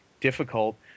difficult